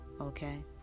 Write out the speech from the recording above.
Okay